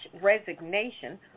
resignation